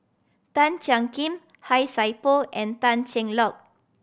Tan Jiak Kim Han Sai Por and Tan Cheng Lock